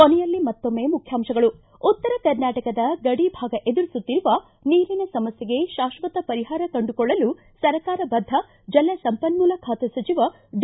ಕೊನೆಯಲ್ಲಿ ಮತ್ತೊಮ್ಮೆ ಮುಖ್ಯಾಂಶಗಳು ಿಂ ಉತ್ತರ ಕರ್ನಾಟಕದ ಗಡಿಭಾಗ ಎದುರಿಸುತ್ತಿರುವ ನೀರಿನ ಸಮಸ್ಥೆಗೆ ಶಾಶ್ವತ ಪರಿಹಾರ ಕಂಡುಕೊಳ್ಳಲು ಸರ್ಕಾರ ಬದ್ದ ಜಲ ಸಂಪನ್ನೂಲ ಖಾತೆ ಸಚಿವ ಡಿ